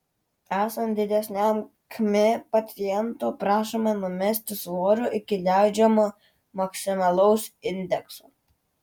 esant didesniam kmi paciento prašoma numesti svorio iki leidžiamo maksimalaus indekso